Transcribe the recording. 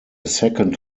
second